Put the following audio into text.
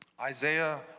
Isaiah